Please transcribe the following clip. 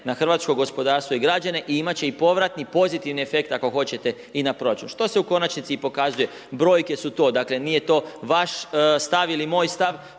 na hrvatsko gospodarstvo i građane i imat će i povratni pozitivni efekt ako hoćete i na proračun. Što se u konačnici i prikazuje. Brojke su tu, dakle nije to vaš stav ili moj stav